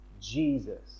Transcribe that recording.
Jesus